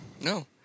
No